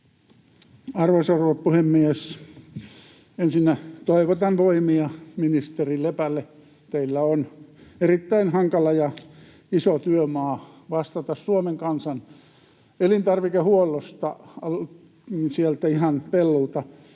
Arvoisa rouva puhemies! Ensinnä toivotan voimia ministerille Lepälle. Teillä on erittäin hankala ja iso työmaa vastata Suomen kansan elintarvikehuollosta sieltä ihan pellolta